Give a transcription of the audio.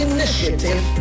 Initiative